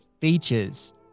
features